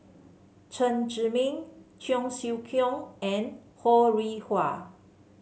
Chen Zhiming Cheong Siew Keong and Ho Rih Hwa